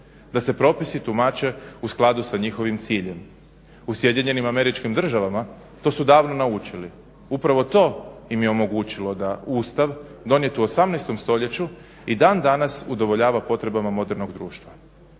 da se propisi tumače u skladu sa njihovim ciljem. U SAD-u to su davno naučili. Upravo to im je omogućilo da Ustav donijet u 18. stoljeću i dan danas udovoljava potrebama modernog društva.